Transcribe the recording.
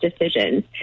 decisions